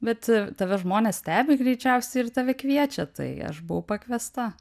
bet tave žmonės stebi greičiausiai ir tave kviečia tai aš buvau pakviesta